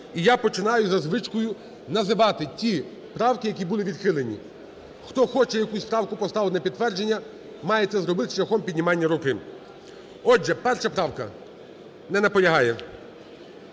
І я починаю за звичкою називати ті правки, які були відхилені. Хто хоче якусь правку поставити на підтвердження, має це зробити шляхом піднімання руки. Отже, 1 правка. Не наполягає.